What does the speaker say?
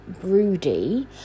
broody